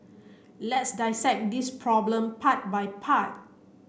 let's dissect this problem part by part